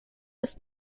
ist